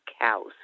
cows